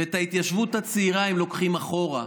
ואת ההתיישבות הצעירה הם לוקחים אחורה.